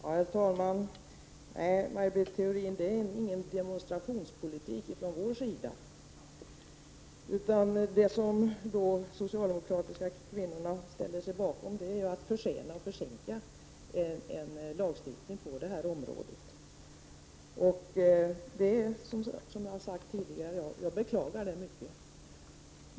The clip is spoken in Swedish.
Herr talman! Nej, Maj Britt Theorin, det är ingen demonstrationspolitik från vår sida. Det som de socialdemokratiska kvinnorna ställer sig bakom är en avsikt att försena och försinka en lagstiftning på det här området. Som jag har sagt tidigare beklagar jag det mycket.